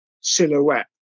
silhouette